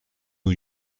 new